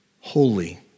holy